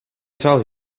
tell